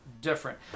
different